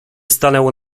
stanęło